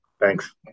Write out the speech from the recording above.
Thanks